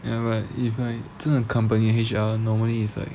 ya but if like 真的 company H_R normally is like